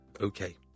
okay